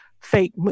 fake